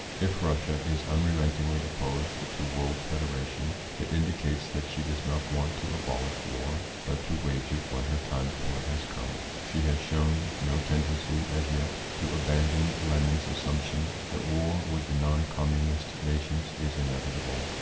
if russia is unrelentingly opposed to world federation, it indicates that she does not want to abolish war, but to wage it when her time for it has come. she has shown no ten dency, as yet, to abandon lenin's as sumption that war with the non communist nations is inevitable.